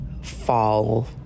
fall